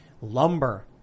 Lumber